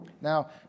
Now